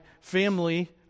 family